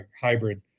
hybrid